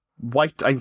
white